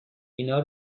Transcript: اینا